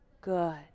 good